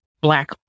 black